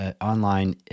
online